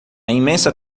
imensa